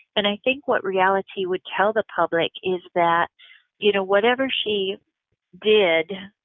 and i think what reality would tell the public is that you know whatever she did,